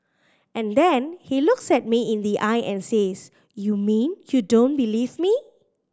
and then he looks at me in the eye and says you mean you don't believe me